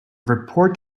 report